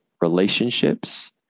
relationships